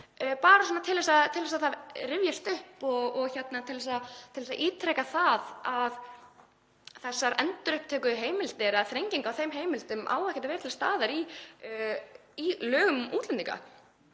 svona til þess að það rifjist upp og til þess að ítreka það að þessar endurupptökuheimildir eða þrenging á þeim heimildum eigi ekki að vera til staðar í lögum um útlendinga.